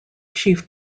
chief